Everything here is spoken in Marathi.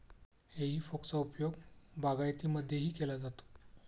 हेई फोकचा उपयोग बागायतीमध्येही केला जातो